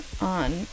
on